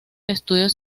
estudios